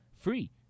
free